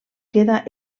quedà